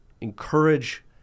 encourage